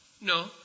no